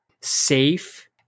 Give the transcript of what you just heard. safe